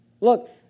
Look